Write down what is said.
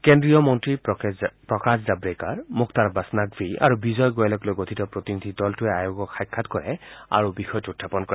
কেজ্ৰীয় মন্ত্ৰী প্ৰকাশ জাহ্ৰেকাৰ মুখতাৰ আববাছ নাকভি আৰু বিজয় গোয়েলক লৈ গঠিত প্ৰতিনিধি দলটোৱে আয়োগক সাক্ষাৎ কৰে আৰু বিষয়টো উখাপন কৰে